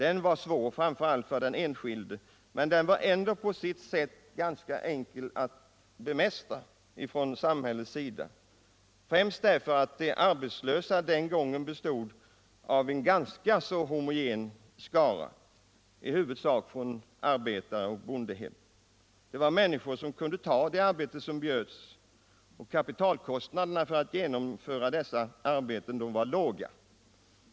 Den var svår, framför allt för den enskilde, men den var ändå på sitt sätt ganska enkel att bemästra från samhällets sida. Det berodde främst på att de arbetslösa den gången bestod av en ganska homogen skara som i huvudsak kom från arbetar och bondehem. Det var människor som kunde ta de arbeten som erbjöds, och kapitalkostnaderna för dessa arbeten var låga.